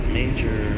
major